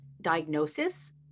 diagnosis